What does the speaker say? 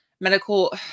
medical